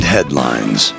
Headlines